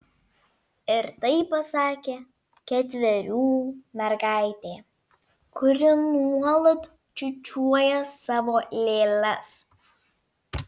ir tai pasakė ketverių mergaitė kuri nuolat čiūčiuoja savo lėles